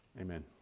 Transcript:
Amen